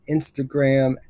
Instagram